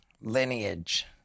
lineage